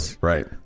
right